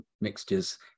mixtures